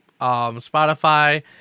Spotify